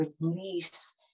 release